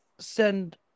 send